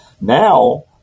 now